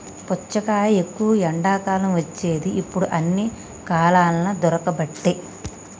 పుచ్చకాయ ఎక్కువ ఎండాకాలం వచ్చేది ఇప్పుడు అన్ని కాలాలల్ల దొరుకబట్టె